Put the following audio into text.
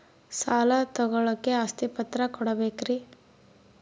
ಸಾಲ ತೋಳಕ್ಕೆ ಆಸ್ತಿ ಪತ್ರ ಕೊಡಬೇಕರಿ?